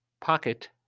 pocket